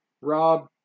Rob